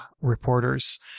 reporters